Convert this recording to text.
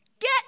get